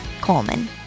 Coleman